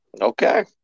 Okay